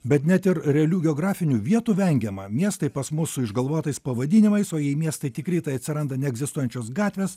bet net ir realių geografinių vietų vengiama miestai pas mus su išgalvotais pavadinimais o jei miestai tikri tai atsiranda neegzistuojančios gatvės